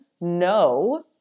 no